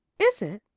is it?